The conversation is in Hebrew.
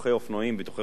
ביטוחי חובה,